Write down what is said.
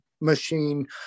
machine